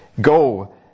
Go